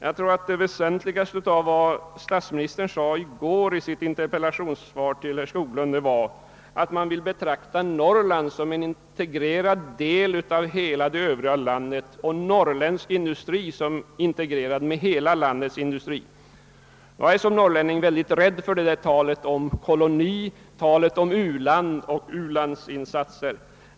Jag tror att det väsentligaste statsministern i går sade i sitt interpellationssvar till herr Skoglund var att man vill betrakta Norrland som en med hela det övriga landet integrerad del och norrländsk industri som integrerad med hela landets industri. Som norrlänning är jag rädd för talet om koloni, om u-land och om ulandsinsatser.